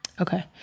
okay